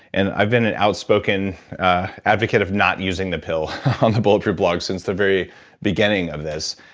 and i've been an outspoken advocate of not using the pill on the bulletproof blog, since the very beginning of this,